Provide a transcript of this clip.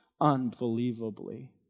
unbelievably